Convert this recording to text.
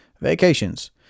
vacations